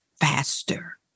faster